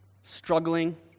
struggling